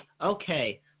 Okay